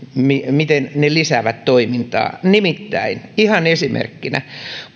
miten ne lisäävät toimintaa ihan esimerkkinä